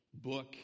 book